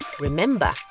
Remember